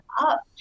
up